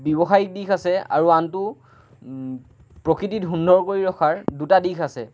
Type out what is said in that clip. ব্যৱসায়িক দিশ আছে আৰু আনটো প্ৰকৃতি সুন্দৰ কৰি ৰখাৰ দুটা দিশ আছে